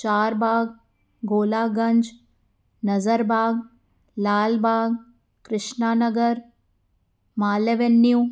Charbagh Golaganj Nazarbagh Lalbagh Krishnanagar mall Avenue